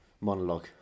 monologue